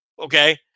okay